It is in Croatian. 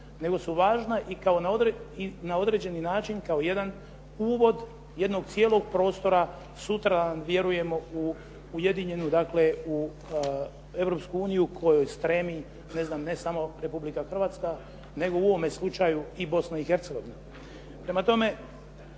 nego su važna i na određeni način kao jedan uvod jednog cijelog prostora sutra vjerujemo u Europsku uniju kojoj stremi ne samo Republika Hrvatska, nego u ovome slučaju i Bosna i Hercegovina.